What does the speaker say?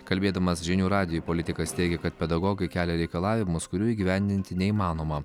kalbėdamas žinių radijui politikas teigė kad pedagogai kelia reikalavimus kurių įgyvendinti neįmanoma